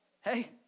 hey